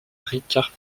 ricard